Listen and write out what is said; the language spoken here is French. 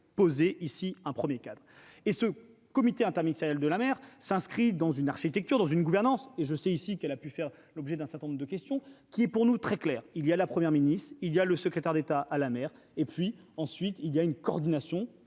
posé ici un 1er cadre et ce comité interministériel de la mer s'inscrit dans une architecture dans une gouvernance et je c'est ici qu'elle a pu faire l'objet d'un certain nombre de questions qui est pour nous très clair : il y a la première ministre il y a le secrétaire d'État à la mer et puis ensuite il y a une coordination